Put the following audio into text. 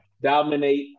dominate